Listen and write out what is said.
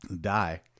die